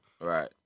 right